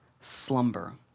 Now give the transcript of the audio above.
slumber